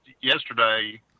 yesterday